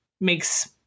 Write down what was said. makes